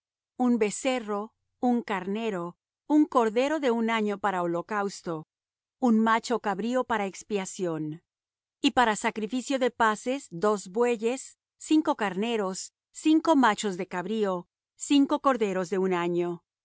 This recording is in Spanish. un becerro un carnero un cordero de un año para holocausto un macho cabrío para expiación y para sacrificio de paces dos bueyes cinco carneros cinco machos de cabrío cinco corderos de un año